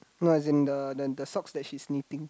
no it's in the then the socks that she is knitting